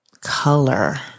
color